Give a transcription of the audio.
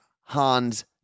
Hans